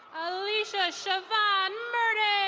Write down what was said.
alicia shevan merdin.